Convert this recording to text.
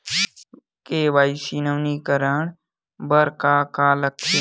KYC नवीनीकरण बर का का लगथे?